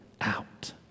out